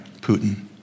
Putin